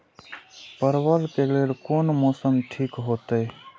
परवल के लेल कोन मौसम ठीक होते?